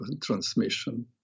transmission